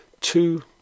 Two